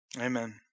Amen